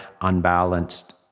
unbalanced